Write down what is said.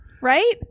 right